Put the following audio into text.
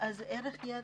קודם כול,